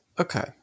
okay